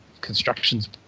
construction's